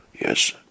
yes